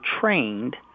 trained